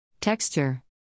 Texture